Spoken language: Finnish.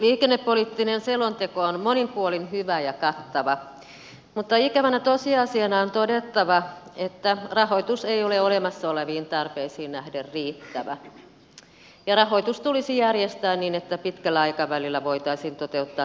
liikennepoliittinen selonteko on monin puolin hyvä ja kattava mutta ikävänä tosiasiana on todettava että rahoitus ei ole olemassa oleviin tarpeisiin nähden riittävä ja rahoitus tulisi järjestää niin että pitkällä aikavälillä voitaisiin toteuttaa tarvittavat liikennehankkeet